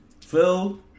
Phil